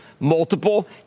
Multiple